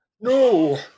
No